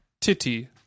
titty